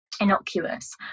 innocuous